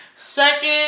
Second